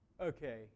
Okay